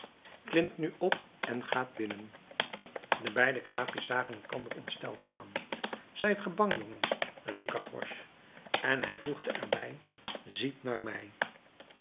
klimt nu op en gaat binnen de beide knaapjes zagen elkander ontsteld aan zijt ge bang jongens riep gavroche en hij voegde er bij ziet naar mij